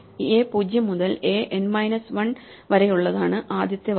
a 0 മുതൽ a n minus 1 വരെയുള്ളതാണ് ആദ്യത്തെ വാക്ക്